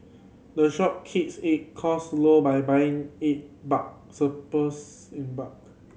the shop keeps it cost low by buying it supports in bulk